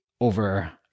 over